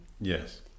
Yes